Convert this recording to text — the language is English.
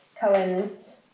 Cohen's